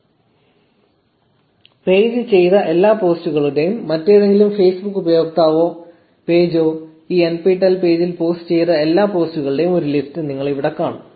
1506 page ചെയ്ത എല്ലാ പോസ്റ്റുകളുടെയും മറ്റേതെങ്കിലും ഫേസ്ബുക്ക് ഉപയോക്താവോ പേജോ ഈ nptel പേജിൽ പോസ്റ്റ് ചെയ്ത എല്ലാ പോസ്റ്റുകളുടെയും ഒരു ലിസ്റ്റ് നിങ്ങൾ ഇവിടെ കാണും